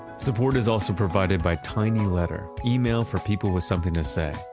support is also provided by tiny letter, email for people with something to say.